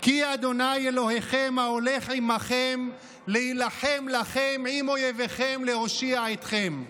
"כי ה' אלהיכם ההֹלך עמכם להלחם לכם עם אֹיביכם להושיע אתכם".